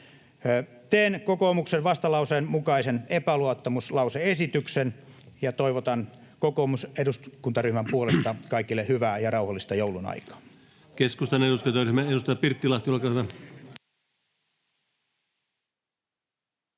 Teen kokoomuksen vastalauseen mukaisen epäluottamuslause-esityksen ja toivotan kokoomuksen eduskuntaryhmän puolesta kaikille hyvää ja rauhallista joulunaikaa.